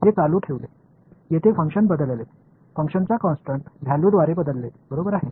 हे चालू ठेवले येथे फंक्शन बदलले फंक्शनला कॉन्स्टन्ट व्हॅल्यूद्वारे बदलले बरोबर आहे